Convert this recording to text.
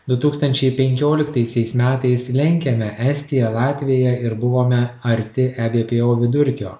du tūkstančiai penkioliktaisiais metais lenkėme estiją latviją ir buvome arti ebpo vidurkio